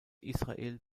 israel